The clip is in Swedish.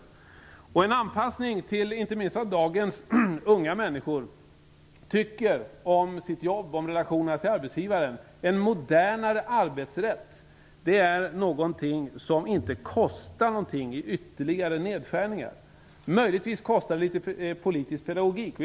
Det behövs en anpassning inte minst till vad dagens unga människor tycker om sitt jobb och sina relationer till arbetsgivaren. En modernare arbetsrätt kostar inte någonting i ytterligare nedskärningar - möjligtvis kostar det litet politisk pedagogik.